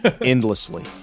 endlessly